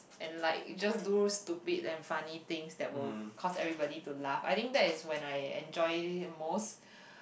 and like just do stupid and funny things that will cause everybody to laugh I think that is when I enjoy it the most